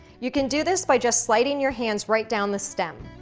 you can do this by just sliding your hands right down the stem.